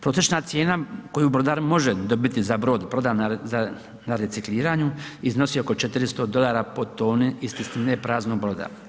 Prosječna cijena koju brodar može dobiti za brod prodan na recikliranju iznosi oko 400 dolara po toni … [[Govornik se ne razumije]] ne praznog broda.